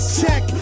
check